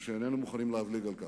היתה שאיננו מוכנים להבליג על כך.